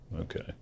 okay